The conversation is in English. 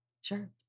Sure